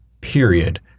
period